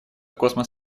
космос